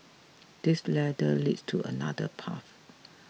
this ladder leads to another path